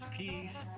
peace